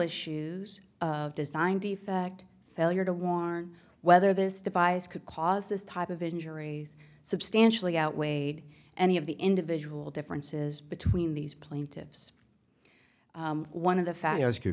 issues of design defect failure to warn whether this device could cause this type of injuries substantially outweighed any of the individual differences between these plaintiffs one of the family ask